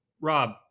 Rob